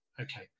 okay